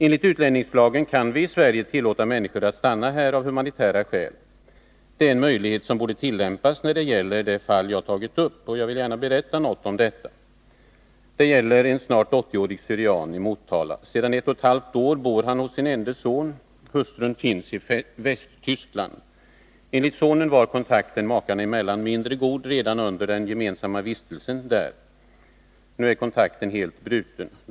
Enligt utlänningslagen kan vi i Sverige tillåta människor att stanna här av humanitära skäl. Det är en möjlighet som borde tillämpas när det gäller det fall jag har tagit upp. Jag vill gärna berätta något om detta. Det gäller en snart 80-årig syrian i Motala. Sedan ett och ett halvt år bor han hos sin ende son. Hustrun finns i Västtyskland. Enligt sonen var kontakten makarna emellan mindre god redan under den gemensamma vistelsen där. Nu är kontakten helt bruten.